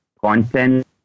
content